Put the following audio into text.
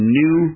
new